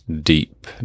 deep